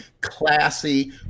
classy